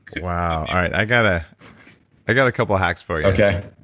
wow. all right. i got ah i got a couple of hacks for you okay.